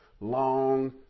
Long